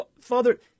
Father